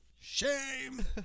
Shame